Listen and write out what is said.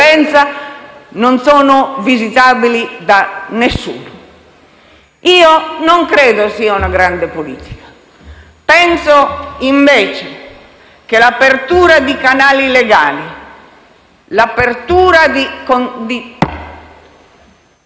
non sono visitabili da nessuno. Non credo sia una grande politica. Penso invece che l'apertura di canali legali, l'apertura di scambi